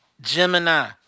Gemini